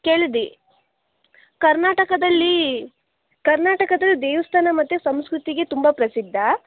ಕೆಳದಿ ಕರ್ನಾಟಕದಲ್ಲಿ ಕರ್ನಾಟಕದ ದೇವಸ್ಥಾನ ಮತ್ತು ಸಂಸ್ಕೃತಿಗೆ ತುಂಬ ಪ್ರಸಿದ್ದ